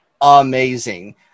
amazing